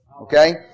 Okay